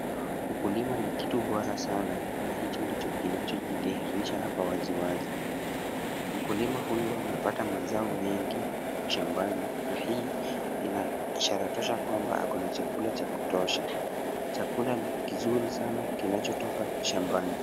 Ukulima ni kitu bora sana na hicho ndicho kinachojidhihirisha hapa waziwazi. Mkulima huyu amepata mazao mengi shambani na hii ina ishara tosha kwamba ako na chakula cha kutosha. Chakula ni kizuri sana kinachotoka shambani.